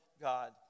God